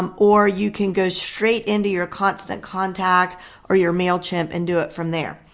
um or you can go straight into your constant contact or your mailchimp and do it from there.